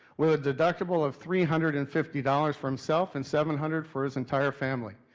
with a deductible of three hundred and fifty dollars for himself and seven hundred for his entire family.